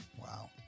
Wow